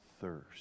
thirst